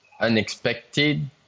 unexpected